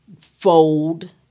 fold